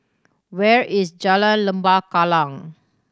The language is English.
where is Jalan Lembah Kallang